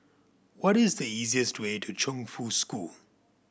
what is the easiest way to Chongfu School